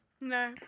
No